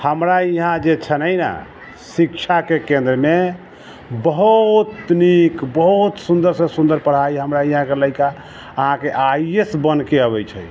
हमरा यहाँ जे छलै ने शिक्षाके केन्द्रमे बहुत नीक बहुत सुन्दरसँ सुन्दर पढ़ाइ हमरा यहाँके लइका अहाँके आइ ए एस बनिके अबै छै